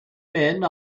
men